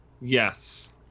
Yes